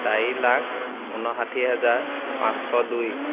চাৰি লাখ উনষাঠী হাজাৰ পাঁচশ দুই